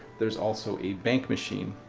there's also a bank machine,